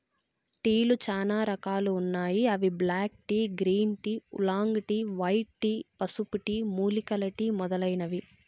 టీలు చానా రకాలు ఉన్నాయి అవి black tea, green tea, oolong tea, white tea, పసుపు టీ, మూలికల టీ మొదలైనవి